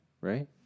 Right